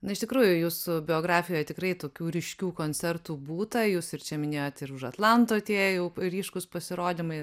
na iš tikrųjų jūsų biografijoj tikrai tokių ryškių koncertų būta jūs ir čia minėjot ir už atlanto tie jau ryškūs pasirodymai